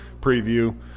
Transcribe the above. preview